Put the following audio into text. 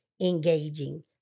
engaging